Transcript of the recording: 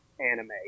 anime